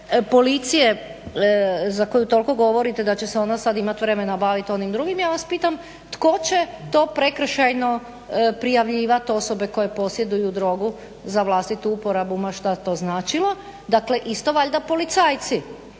policije za koju tolko govorite da će se ona sad imat vremena bavit onim drugim ja vas pitam tko će to prekršajno prijavljivat osobe koje posjeduju drogu za vlastitu uporabu ma šta to značilo.